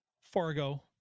Fargo